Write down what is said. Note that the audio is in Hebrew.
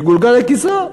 יגולגל לכיסו.